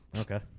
Okay